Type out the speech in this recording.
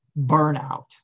burnout